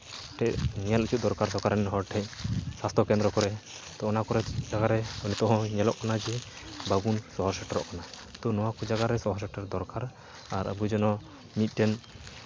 ᱴᱷᱮᱱ ᱧᱮᱞ ᱦᱚᱪᱚ ᱫᱚᱨᱠᱟᱨ ᱥᱚᱨᱠᱟᱨ ᱨᱮᱱ ᱦᱚᱲ ᱴᱷᱮᱱ ᱥᱟᱥᱛᱷᱚ ᱠᱮᱫᱽᱨᱚ ᱠᱚᱨᱮ ᱛᱚ ᱚᱱᱟ ᱠᱚᱨᱮ ᱡᱟᱭᱜᱟ ᱨᱮ ᱱᱤᱛᱚᱜ ᱦᱚᱸ ᱧᱮᱞᱚᱜ ᱠᱟᱱᱟ ᱡᱮ ᱵᱟᱵᱚᱱ ᱥᱚᱦᱚᱨ ᱥᱮᱴᱮᱨᱚᱜ ᱠᱟᱱᱟ ᱛᱳ ᱱᱚᱣᱟ ᱠᱚ ᱡᱟᱭᱜᱟ ᱨᱮ ᱥᱚᱦᱚᱨ ᱥᱮᱴᱮᱨ ᱫᱚᱨᱠᱟᱨ ᱟᱨ ᱟᱵᱚ ᱡᱮᱱᱚ ᱢᱤᱫᱴᱮᱱ